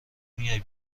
میای